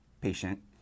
patient